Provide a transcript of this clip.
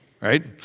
right